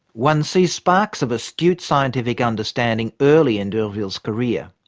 one sees sparks of astute scientific understanding early in d'urville's career.